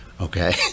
okay